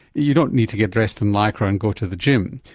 you don't need to get dressed in lycra and go to the gym.